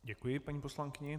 Děkuji paní poslankyni.